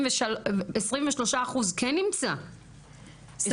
23 אחוז כן נמצא סם.